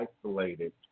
isolated